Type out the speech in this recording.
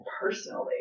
personally